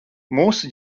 mūsu